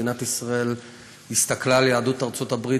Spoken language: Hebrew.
למעשה מדינת ישראל הסתכלה על יהדות ארצות-הברית